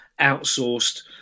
outsourced